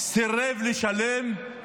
הוא סירב לשלם,